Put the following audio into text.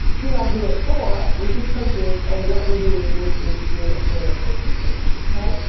who i do it for, which is coaches and what we do, which is create and fill their coaching program. okay,